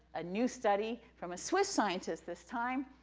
a new study from a swiss scientist this time,